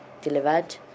delivered